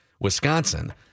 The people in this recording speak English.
Wisconsin